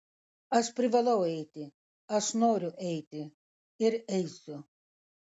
aš privalau eiti aš noriu eiti ir eisiu